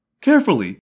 carefully